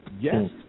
yes